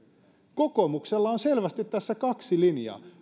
kokoomuksella on selvästi tässä kaksi linjaa